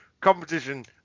competition